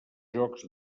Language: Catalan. jocs